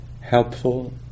Helpful